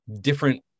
Different